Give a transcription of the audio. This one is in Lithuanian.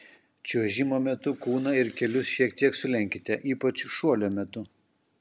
čiuožimo metu kūną ir kelius šiek tiek sulenkite ypač šuolio metu